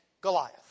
Goliath